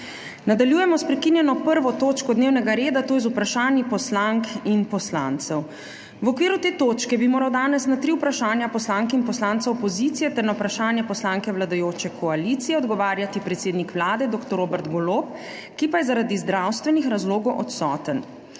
Nadaljujemo s prekinjeno 1. točko dnevnega reda, to je z Vprašanji poslank in poslancev. V okviru te točke bi moral danes na tri vprašanja poslank in poslancev opozicije ter na vprašanja poslanke vladajoče koalicije odgovarjati predsednik Vlade dr. Robert Golob, ki pa je zaradi zdravstvenih razlogov odsoten.